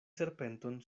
serpenton